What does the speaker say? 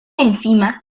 enzima